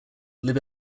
live